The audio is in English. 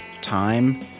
time